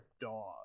dog